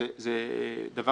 זה דבר